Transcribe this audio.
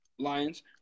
Lions